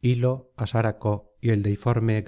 lio asáraco y el deiforme